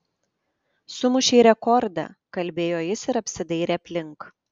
sumušei rekordą kalbėjo jis ir apsidairė aplink